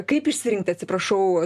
kaip išsirinkt atsiprašau